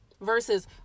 Versus